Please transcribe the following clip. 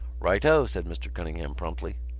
righto! said mr. cunningham promptly.